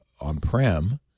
on-prem